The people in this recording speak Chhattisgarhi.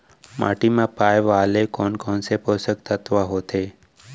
माटी मा पाए वाले कोन कोन से पोसक तत्व होथे?